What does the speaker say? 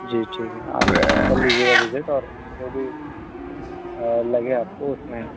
जी ठीक है आप कल लीजिएगा विज़िट और जो भी लगे आपको उसमें